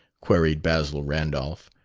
queried basil randolph.